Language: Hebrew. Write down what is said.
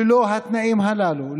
ללא התנאים הללו,